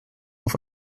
auf